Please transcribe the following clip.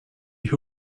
who